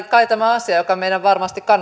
kai tämä on asia joka meidän varmasti